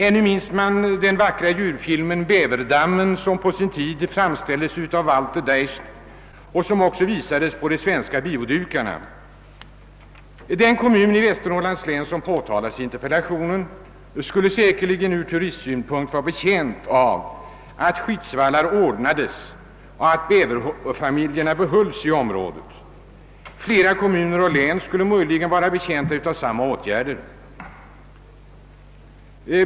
Ännu minns man den vackra djurfilmen »Bäverdalen», som framställdes av Walt Disney och som visats även på de svenska biodukarna. Den kommun i Västernorrlands län som omtalas i interpellationen skulle säkerligen ur turistsynpunkt vara betjänt av att skyddsvallar ordnades och att bäverfamiljerna behölls i området. Flera kommuner och län skulle möjligen vara betjänta av samma åtgärder.